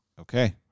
Okay